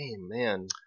man